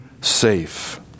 safe